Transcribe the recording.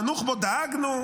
לנוח'בות דאגנו,